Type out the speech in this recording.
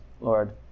Lord